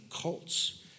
cults